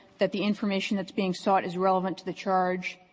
that the information that's being sought is relevant to the charge,